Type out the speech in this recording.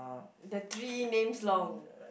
the three names long